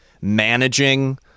managing